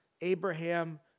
Abraham